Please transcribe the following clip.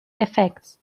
effects